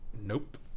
Nope